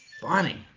funny